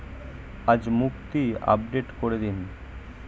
আজ মুক্তি আপডেট করে দিন